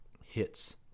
hits